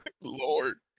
Lord